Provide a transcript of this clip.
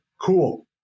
cool